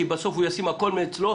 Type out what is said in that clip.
כי בסוף הוא ישים הכול מאצלו,